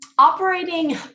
Operating